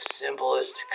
simplest